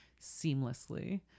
seamlessly